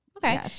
Okay